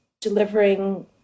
delivering